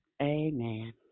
amen